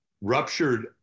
ruptured